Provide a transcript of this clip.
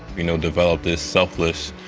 you know develop this selfless